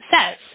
says